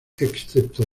excepto